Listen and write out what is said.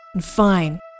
Fine